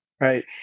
Right